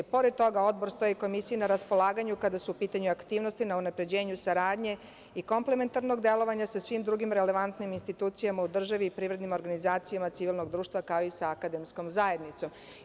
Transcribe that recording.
Pored toga, Odbor stoji Komisiji na raspolaganju kada su u pitanju aktivnosti na unapređenju saradnje i komplamentarnog delovanja sa svim drugim relevantnim institucijama u državi i privrednim organizacijama civilnog društva, kao i sa akademskom zajednicom.